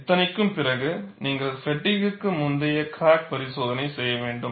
இத்தனைக்கும் பிறகு நீங்கள் ஃப்பெட்டிக்கு முந்தைய கிராக் பரிசோதனை செய்ய வேண்டும்